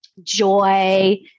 joy